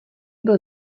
byl